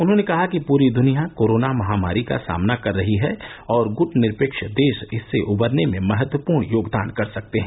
उन्होंने कहा कि पूरी दुनिया कोरोना महामारी का सामना कर रही है और गुटनिरपेश देश इससे उबरने में महत्वपूर्ण योगदान कर सकते हैं